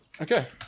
okay